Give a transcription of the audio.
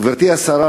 גברתי השרה,